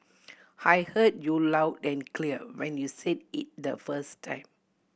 I heard you loud and clear when you said it the first time